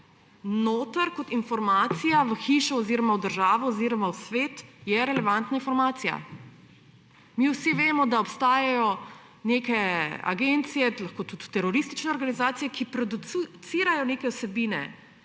kot informacija v hišo oziroma v državo oziroma v svet, je relevantna informacija. Mi vsi vemo, da obstajajo neke agencije, lahko tudi teroristične organizacije, ki producirajo neke vsebine.